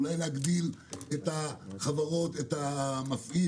ואולי להגדיל את --- של העניין הזה